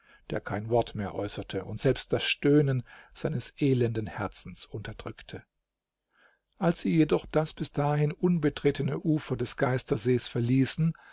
der kein wort mehr äußerte und selbst das stöhnen seines elenden herzens unterdrückte als sie jedoch das bis dahin unbetretene ufer des geistersees verließen